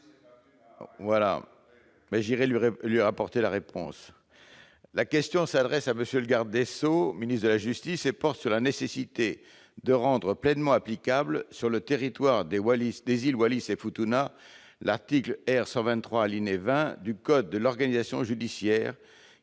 l'avion pour venir à Paris. La question s'adresse à M. le garde des sceaux, ministre de la justice, et porte sur la nécessité de rendre pleinement applicable, sur le territoire des îles Wallis et Futuna, l'article R. 123-20 du code de l'organisation judiciaire,